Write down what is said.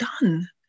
done